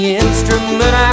instrument